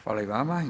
Hvala i vama.